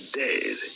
dead